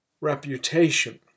reputation